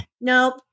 Nope